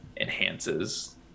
enhances